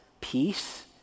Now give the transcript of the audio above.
peace